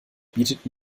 bietet